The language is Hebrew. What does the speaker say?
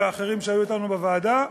ואחרים שהיו אתנו בוועדה,